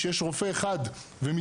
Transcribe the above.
כשיש רופא אחד ומתמחה,